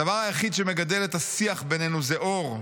הדברים היחידים שמגדלים את השיח הם אור,